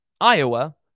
iowa